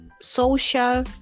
social